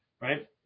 right